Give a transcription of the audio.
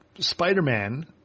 Spider-Man